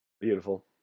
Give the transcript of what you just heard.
Beautiful